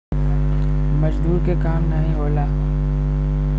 मजदूर के काम नाही होला